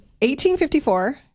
1854